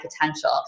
potential